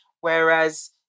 Whereas